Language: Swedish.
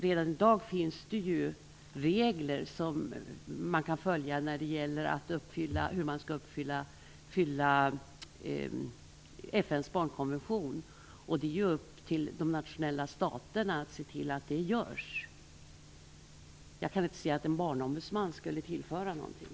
Redan i dag finns det ju regler för hur man skall uppfylla FN:s barnkonvention. Det är upp till nationalstaterna att se till att det görs. Jag kan inte se att en barnombudsman skulle tillföra någonting.